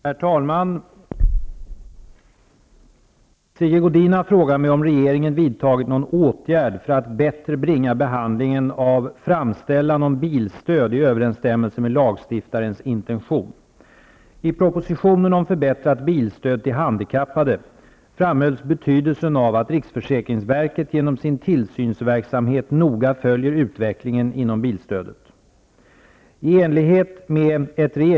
Herr talman! Sigge Godin har frågat mig om regeringen vidtagit någon åtgärd för att bättre bringa behandlingen av framställan om bilstöd i överensstämmelse med lagstiftarens intention. genom sin tillsynsverksamhet noga följer utvecklingen inom bilstödsområdet.